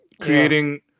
creating –